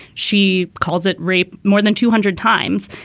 she calls it rape. more than two hundred times.